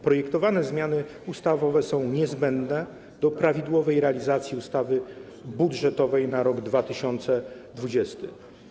Projektowane zmiany ustawowe są niezbędne do prawidłowej realizacji ustawy budżetowej na rok 2020.